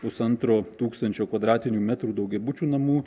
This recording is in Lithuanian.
pusantro tūkstančio kvadratinių metrų daugiabučių namų